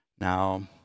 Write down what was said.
Now